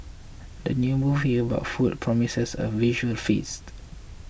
the new movie about food promises a visual feast